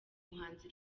umuhanzi